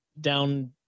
down